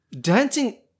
Dancing